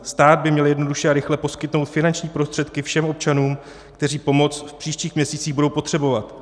Stát by měl jednoduše a rychle poskytnout finanční prostředky všem občanům, kteří budou pomoc v příštích měsících potřebovat.